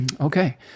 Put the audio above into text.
Okay